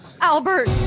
Albert